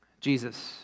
Jesus